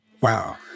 Wow